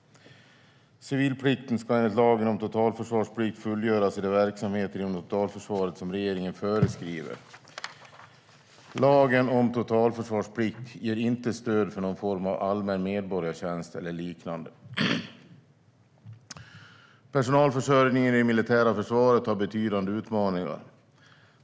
Civilplikten ska enligt lagen om totalförsvarsplikt fullgöras i de verksamheter inom totalförsvaret som regeringen föreskriver. Lagen om totalförsvarsplikt ger inte stöd för någon form av allmän medborgartjänst eller liknande. Personalförsörjningen i det militära försvaret har betydande utmaningar.